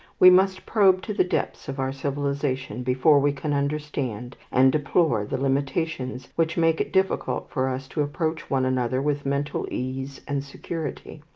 we must probe to the depths of our civilization before we can understand and deplore the limitations which make it difficult for us to approach one another with mental ease and security.